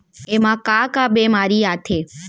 एमा का का बेमारी आथे?